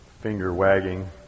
finger-wagging